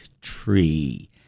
tree